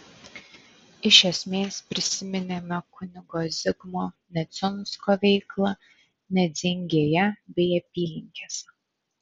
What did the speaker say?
iš esmės prisiminėme kunigo zigmo neciunsko veiklą nedzingėje bei apylinkėse